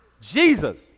Jesus